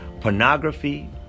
pornography